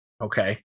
Okay